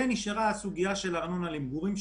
ונשארה הסוגיה של ארנונה למגורים,